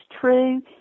true